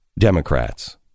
Democrats